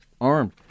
armed